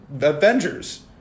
Avengers